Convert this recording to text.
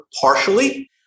partially